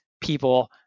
people